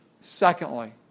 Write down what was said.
Secondly